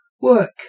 work